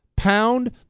Pound